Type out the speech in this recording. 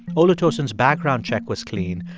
olutosin's background check was clean,